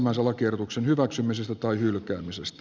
lakiehdotuksen hyväksymisestä tai hylkäämisestä